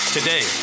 Today